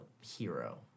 hero